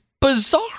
bizarre